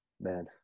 man